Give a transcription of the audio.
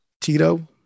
Tito